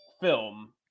film